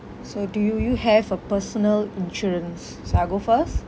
so do you you have a personal insurance so I go first